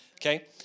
Okay